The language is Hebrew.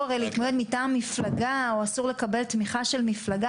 להתמודד מטעם מפלגה או אסור לקבל תמיכה של מפלגה,